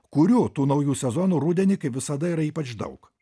kurių tų naujų sezonų rudenį kaip visada yra ypač daug